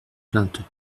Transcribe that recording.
plaintes